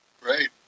Great